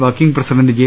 working president J